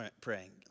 praying